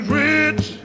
rich